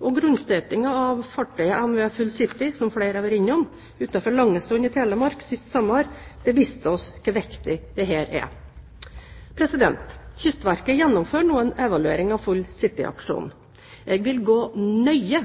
Grunnstøtingen av fartøyet MV «Full City» utenfor Langesund i Telemark sist sommer, som flere har vært innom, viser oss hvor viktig dette er. Kystverket gjennomfører nå en evaluering av «Full City»-aksjonen. Jeg vil gå nøye